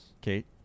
Kate